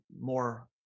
more